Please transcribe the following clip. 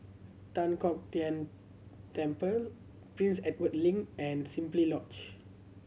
Tan Kong Tian Temple Prince Edward Link and Simply Lodge